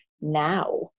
now